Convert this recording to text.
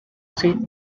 saint